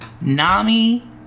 Nami